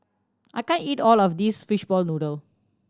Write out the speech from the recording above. I can't eat all of this fishball noodle